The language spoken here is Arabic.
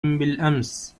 بالأمس